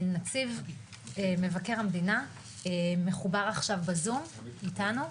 נציב מבקר המדינה מחובר עכשיו בזום איתנו,